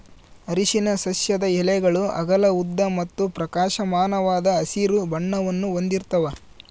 ಅರಿಶಿನ ಸಸ್ಯದ ಎಲೆಗಳು ಅಗಲ ಉದ್ದ ಮತ್ತು ಪ್ರಕಾಶಮಾನವಾದ ಹಸಿರು ಬಣ್ಣವನ್ನು ಹೊಂದಿರ್ತವ